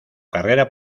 carrera